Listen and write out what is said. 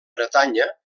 bretanya